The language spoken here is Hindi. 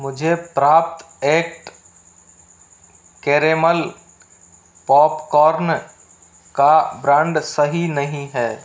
मुझे प्राप्त एक्ट कैरेमल पॉपकॉर्न का ब्रांड सही नहीं है